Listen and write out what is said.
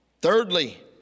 Thirdly